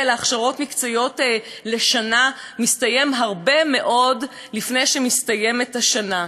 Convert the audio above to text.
להכשרות מקצועיות לשנה מסתיים הרבה מאוד לפני שמסתיימת השנה,